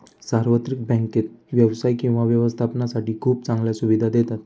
सार्वत्रिक बँकेत व्यवसाय किंवा व्यवस्थापनासाठी खूप चांगल्या सुविधा देतात